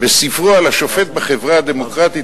בספרו "השופט בחברה הדמוקרטית",